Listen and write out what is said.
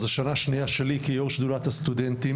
זו שנה שנייה שלי כיושב-ראש שדולת הסטודנטים.